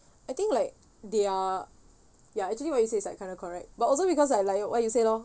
I think like they are ya actually what you say is like kind of correct but also because I like what you say lor